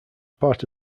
part